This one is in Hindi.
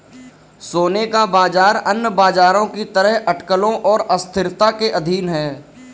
सोने का बाजार अन्य बाजारों की तरह अटकलों और अस्थिरता के अधीन है